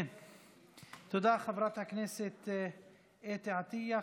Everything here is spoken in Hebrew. תודה, חברת הכנסת אתי עטייה.